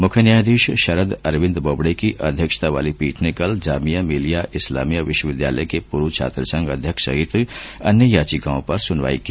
मुख्य न्यायाधीश शरद अरविंद बोबडे की अध्यक्षता वाली पीठ ने कल जामिया मिल्लिया इस्लामिया विश्वविद्यालय के पूर्व छात्र संघ अध्यक्ष सहित अन्य याचिकाओं पर सुनवाई की